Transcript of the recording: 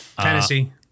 Tennessee